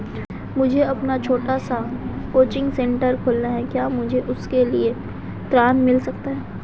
मुझे अपना छोटा सा कोचिंग सेंटर खोलना है क्या मुझे उसके लिए ऋण मिल सकता है?